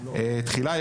תחילה,